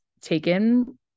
taken